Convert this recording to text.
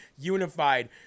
unified